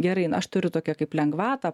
gerai aš turiu tokią kaip lengvatą